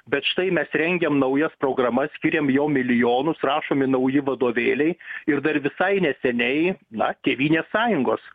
bet štai mes rengiam naujas programas skiriam jom milijonus rašomi nauji vadovėliai ir dar visai neseniai na tėvynės sąjungos